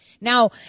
Now